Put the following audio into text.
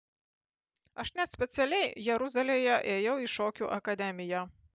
aš net specialiai jeruzalėje ėjau į šokių akademiją